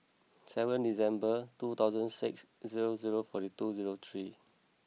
seven December two thousand six zero zero forty two zero three